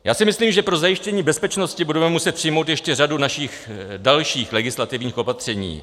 Já si myslím, že pro zajištění bezpečnosti budeme muset přijmout ještě řadu našich dalších legislativních opatření.